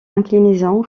inclinaison